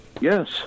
Yes